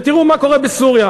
ותראו מה קורה בסוריה.